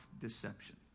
deception